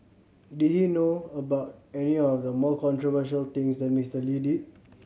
did he know about any of the more controversial things that Mister Lee did